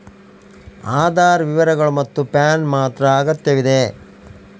ಆಧಾರ್ ವಿವರಗಳು ಮತ್ತು ಪ್ಯಾನ್ ಮಾತ್ರ ಅಗತ್ಯವಿದೆ